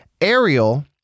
Ariel